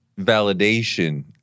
validation